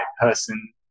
person